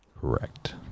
correct